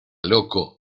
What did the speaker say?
loco